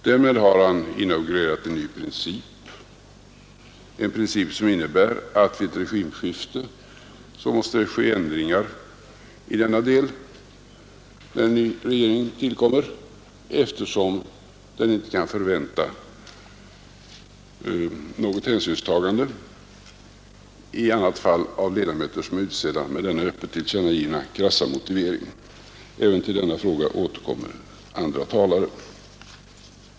Därmed har han inaugurerat en ny princip, som innebär att det vid ett regimskifte måste ske ändringar i denna del, eftersom en ny regering i annat fall inte kan förvänta något hänsynstagande av ledamöter som är utsedda under denna öppet tillkännagivna, krassa motivering. Även till denna fråga återkommer andra talare.